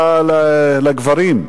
לגברים,